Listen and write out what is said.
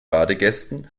badegästen